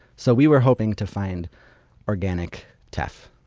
so we were hoping to find organic teff.